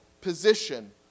position